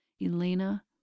Elena